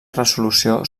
resolució